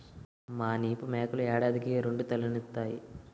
మానిపు మేకలు ఏడాదికి రెండీతలీనుతాయి